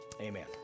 Amen